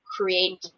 create